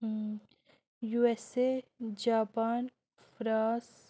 USA Japan France